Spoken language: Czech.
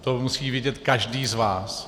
To musí vědět každý z vás.